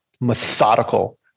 methodical